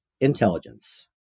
intelligence